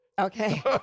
Okay